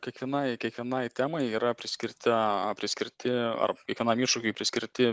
kiekvienai kiekvienai temai yra priskirta priskirti ar kiekvienam iššūkiui priskirti